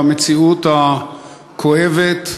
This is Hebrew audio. המציאות הכואבת,